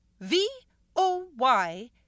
V-O-Y